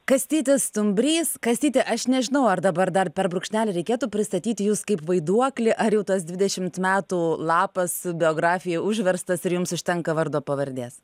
kastytis stumbrys kastyti aš nežinau ar dabar dar per brūkšnelį reikėtų pristatyti jus kaip vaiduoklį ar jau tas dvidešimt metų lapas biografijo užverstas ir jums užtenka vardo pavardės